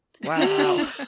wow